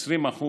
20%,